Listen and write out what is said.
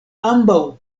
ambaŭ